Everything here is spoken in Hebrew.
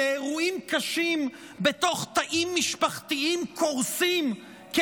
לאירועים קשים בתוך תאים משפחתיים קורסים כי